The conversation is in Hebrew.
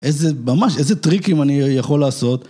איזה, ממש, איזה טריקים אני יכול לעשות.